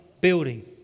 building